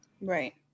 Right